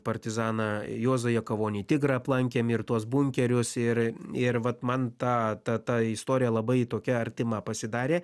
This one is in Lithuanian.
partizaną juozą jakavonį tigrą aplankėm ir tuos bunkerius ir ir vat man ta ta ta istorija labai tokia artima pasidarė